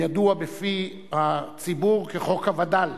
הידוע בפי הציבור כחוק הווד"ל.